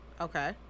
Okay